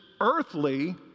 earthly